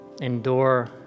endure